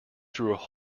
through